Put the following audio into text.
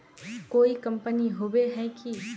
कोई कंपनी होबे है की?